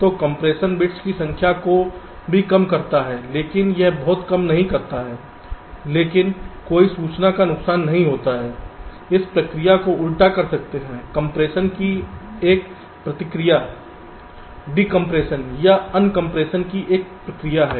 तो compression bits की संख्या को भी कम करता है लेकिन यह बहुत कम नहीं करता है लेकिन कोई सूचना का नुकसान नहीं है हम प्रक्रिया को उल्टा कर सकते हैं कंप्रेशन की एक प्रक्रिया है डीकंप्रेशन या अनकंप्रेशन की एक प्रक्रिया है